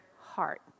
heart